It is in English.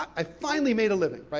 i finally made a living, right?